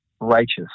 righteous